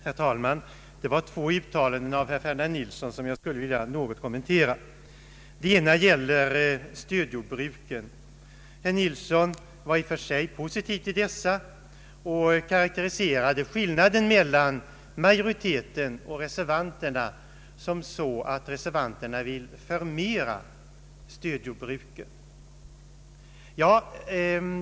Herr talman! Det var två uttalanden av herr Ferdinand Nilsson som jag skulle vilja något kommentera. Det ena gäller stödjordbruken. Herr Nilsson var i och för sig positiv till dessa jordbruk och karakteriserade skillnaden mellan majoritetens och reservanternas uppfattning på det sättet att reservanterna ville ”förmera” stödjordbruken.